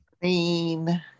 green